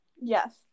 Yes